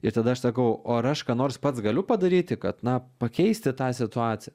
ir tada aš sakau o ar aš ką nors pats galiu padaryti kad na pakeisti tą situaciją